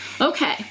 Okay